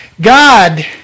God